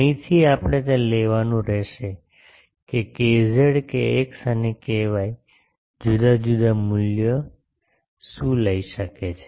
અહીંથી આપણે તે લેવાનું રહેશે કે kz kx અને ky જુદા જુદા મૂલ્યો શું લઈ શકે છે